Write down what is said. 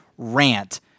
Rant